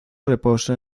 reposan